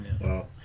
Wow